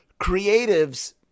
creatives